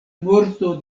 morto